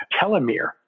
telomere